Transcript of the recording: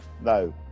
no